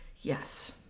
Yes